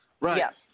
Right